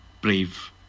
brave